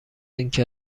اینکه